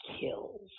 kills